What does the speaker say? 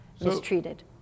mistreated